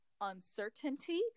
uncertainty